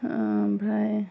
आमफ्राय